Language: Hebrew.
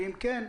ואם כן,